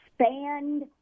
Expand